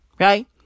Right